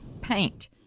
paint